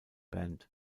band